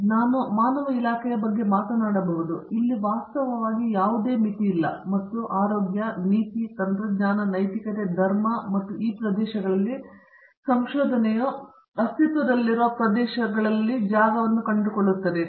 ಮತ್ತು ನಾನು ಮಾನವನ ಇಲಾಖೆಯ ಬಗ್ಗೆ ಮಾತನಾಡಬಹುದು ಇಲ್ಲಿ ವಾಸ್ತವವಾಗಿ ಯಾವುದೇ ಮಿತಿಯಿಲ್ಲ ಮತ್ತು ಆರೋಗ್ಯ ನೀತಿ ತಂತ್ರಜ್ಞಾನ ನೈತಿಕತೆ ಧರ್ಮ ಮತ್ತು ಈ ಪ್ರದೇಶಗಳಲ್ಲಿ ಸಂಶೋಧನೆಯು ಅಸ್ತಿತ್ವದಲ್ಲಿರುವ ಪ್ರದೇಶಗಳಲ್ಲಿ ಜಾಗವನ್ನು ಕಂಡುಕೊಳ್ಳುತ್ತದೆ